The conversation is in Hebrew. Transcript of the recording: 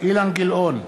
אילן גילאון,